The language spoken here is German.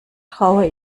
traue